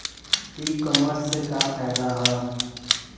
ई कामर्स से का फायदा ह?